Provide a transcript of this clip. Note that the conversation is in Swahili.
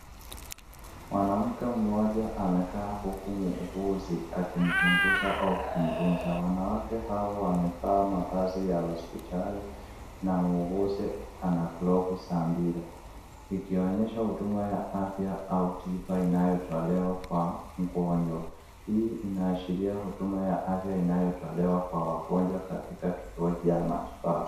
Mwanamke mmoja amekaa huku muuguzi akimchunguza au kumtunza, wanawake hao wamevaa mavazi ya hospitali na muuguzi ana glovu za mpira. Ikionyesha huduma ya afya au tiba inayotolewa kwa mgonjwa. Hii inaashiria huduma ya afya inayotolewa kwa wagonjwa katika kituo cha matibabu.